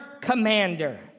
commander